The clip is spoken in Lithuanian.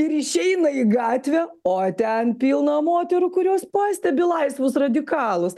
ir išeina į gatvę o ten pilna moterų kurios pastebi laisvus radikalus